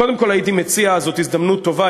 קודם כול, הייתי מציע: זו הזדמנות טובה.